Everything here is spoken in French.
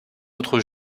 notre